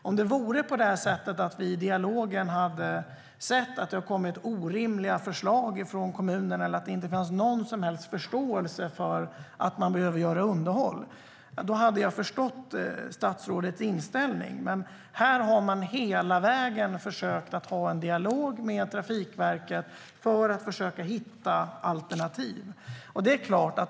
Om det vore på det sättet att vi i dialogen sett att det kommit orimliga förslag från kommunerna eller att det inte fanns någon som helst förståelse för att man behöver göra underhåll hade jag förstått statsrådets inställning. Men här har man hela vägen försökt att ha en dialog med Trafikverket för att försöka hitta alternativ.